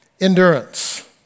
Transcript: endurance